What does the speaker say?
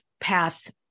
Path